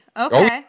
Okay